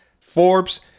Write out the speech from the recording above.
Forbes